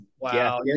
wow